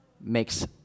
makes